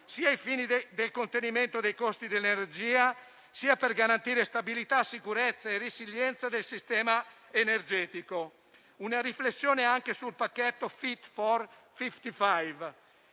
sia ai fini del contenimento dei costi dell'energia sia per garantire stabilità, sicurezza e resilienza del sistema energetico. Una riflessione va fatta anche sul pacchetto Fit for 55,